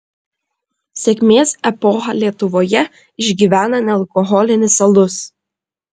sėkmės epochą lietuvoje išgyvena nealkoholinis alus